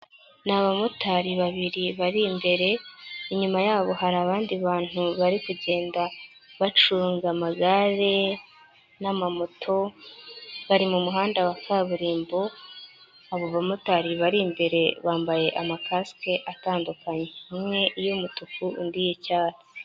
Ni abamotari babiri bari imbere, inyuma yabo hari abandi bantu bari kugenda bacunga amagare n'amamoto, bari mu muhanda wa kaburimbo, abo bamotari bari imbere bambaye amakasike atandukanye. Umwe iy'umutuku undi iy'icyatsi.